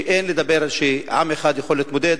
שאין לדבר על כך שעם אחד יכול להתמודד.